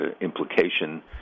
implication